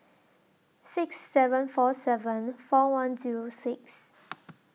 six seven four seven four one Zero six